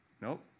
Nope